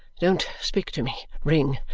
don't speak to me. ring,